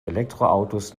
elektroautos